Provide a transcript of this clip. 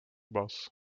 bus